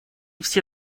все